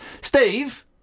Steve